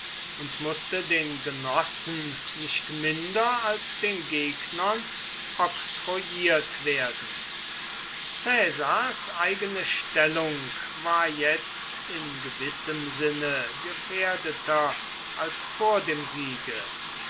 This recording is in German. und mußte den genossen nicht minder als den gegnern oktroyiert werden caesars eigene stellung war jetzt in gewissem sinne gefährdeter als vor dem siege